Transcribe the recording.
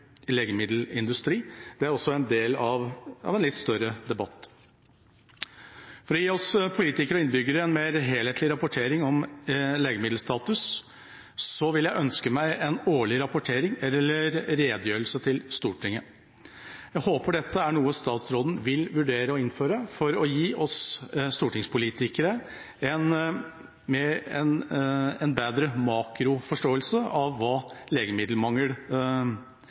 legemiddelindustri. Det er også en del av en litt større debatt. For å gi oss politikere og innbyggere en mer helhetlig rapportering om legemiddelstatus vil jeg ønske meg en årlig rapportering eller redegjørelse til Stortinget. Jeg håper dette er noe statsråden vil vurdere å innføre for å gi oss stortingspolitikere en bedre makroforståelse av hva legemiddelmangel er i vår tid. Det er vanskelig å sitte og vurdere enkeltoppslag i media om